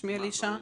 שמי אלישע,